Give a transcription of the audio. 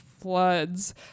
floods